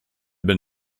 been